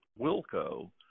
Wilco